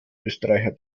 österreicher